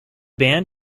band